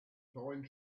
pine